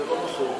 זה לא נכון.